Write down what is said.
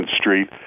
Street